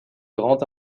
grand